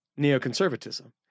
neoconservatism